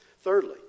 Thirdly